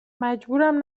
مجبورم